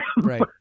Right